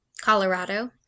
Colorado